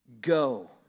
go